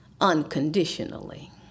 unconditionally